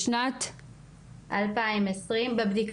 בשנת- 2020 בבדיקה,